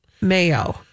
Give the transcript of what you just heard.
mayo